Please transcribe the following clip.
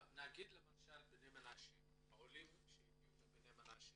נגיד למשל העולים שהגיעו מבני מנשה,